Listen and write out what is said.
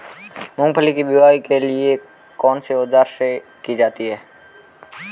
मूंगफली की बुआई कौनसे औज़ार से की जाती है?